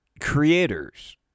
creators